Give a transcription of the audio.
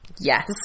Yes